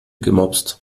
gemopst